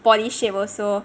body shape also